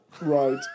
right